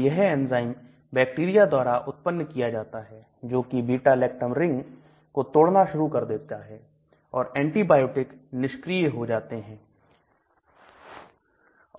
तो यह enzyme bacteria द्वारा उत्पन्न किया जाता है जोकि beta lactam रिंग को तोड़ना शुरू कर देता है और एंटीबायोटिक निष्क्रिय हो जाते हैं